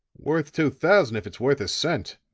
worth two thousand if it's worth a cent,